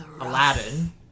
aladdin